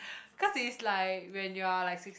cause it's like when you are like six